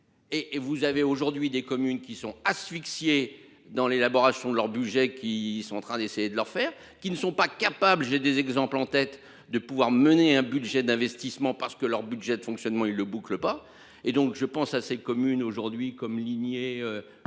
et vous avez aujourd'hui des communes qui sont asphyxiés dans l'élaboration de leur budget qui sont en train d'essayer de leur faire qui ne sont pas capables. J'ai des exemples en tête de pouvoir mener un budget d'investissement parce que leur budget de fonctionnement et le boucle pas et donc je pense à ces communes aujourd'hui comme lignée